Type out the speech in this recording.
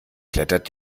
klettert